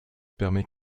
permet